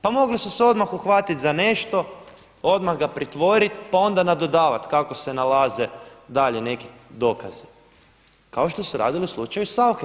Pa mogli su se odmah uhvatiti za nešto, odmah ga pritvoriti pa odmah nadodavati kako se nalaze dalje neki dokazi kao što su radili u slučaju Sauche.